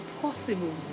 possible